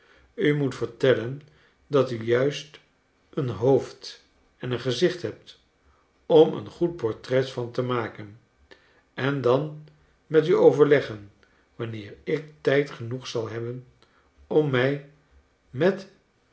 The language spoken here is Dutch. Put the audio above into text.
u moet vertellen dati u juist een hoofd en een gezicht hebt om een goed portret van te maken en dan met u overleggen wanneer ik tijd genoeg zal hebben om mij met